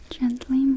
Gently